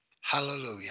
Hallelujah